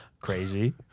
Crazy